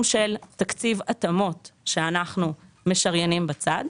של תקציב התאמות שאנחנו משריינים בצד.